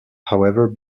however